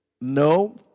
No